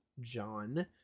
John